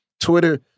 Twitter